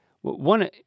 one